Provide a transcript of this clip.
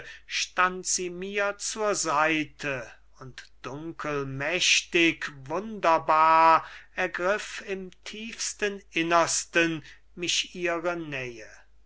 stand sie mir zur seite und dunkel mächtig wunderbar ergriff im tiefsten innersten mich ihre nähe